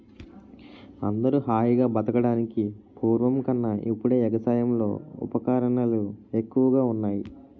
అందరూ హాయిగా బతకడానికి పూర్వం కన్నా ఇప్పుడే ఎగసాయంలో ఉపకరణాలు ఎక్కువగా ఉన్నాయ్